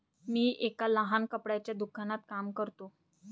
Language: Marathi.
मी एका लहान कपड्याच्या दुकानात काम करतो